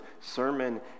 sermon